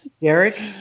Derek